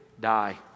die